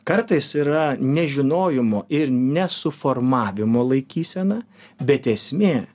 kartais yra nežinojimo ir nesuformavimo laikysena bet esmė